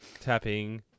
Tapping